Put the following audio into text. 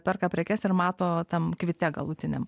perka prekes ir mato tam kvite galutiniam